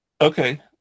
Okay